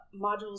modules